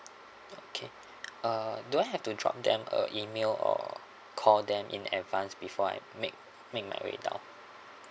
okay uh do I have to drop them a email or call them in advance before I make make my way down